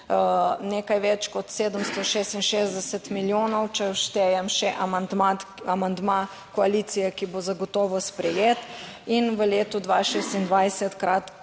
nekaj več kot 766 milijonov, če štejem še amandma, amandma koalicije, ki bo zagotovo sprejet, in v letu 2026 krat,